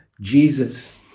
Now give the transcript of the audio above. Jesus